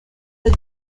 the